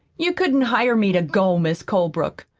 you couldn't hire me to go, mis' colebrook.